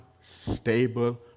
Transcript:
stable